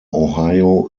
ohio